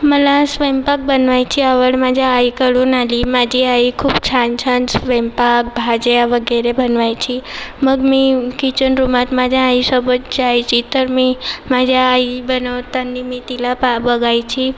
मला स्वयंपाक बनवायची आवड माझ्या आईकडून आली माझी आई खूप छान छान स्वयंपाक भाज्या वगैरे बनवायची मग मी किचन रूमात माझ्या आईसोबत जायची तर मी माझी आई बनवतानी मी तिला पा बघायची